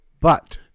But-